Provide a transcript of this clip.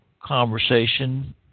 conversation